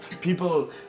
people